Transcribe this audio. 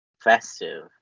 festive